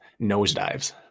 nosedives